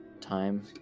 time